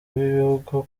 b’ibihugu